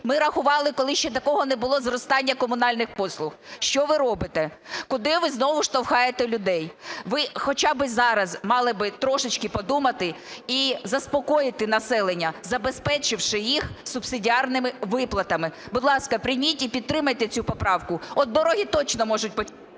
ми рахували коли ще такого не було зростання комунальних послуг. Що ви робите? Куди ви знову штовхаєте людей? Ви хоча б зараз мали б трошечки подумати і заспокоїти населення, забезпечивши їх субсидіарними виплатами. Будь ласка, прийміть і підтримайте цю поправку. От дороги точно можуть...